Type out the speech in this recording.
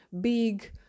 big